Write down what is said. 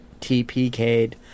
TPK'd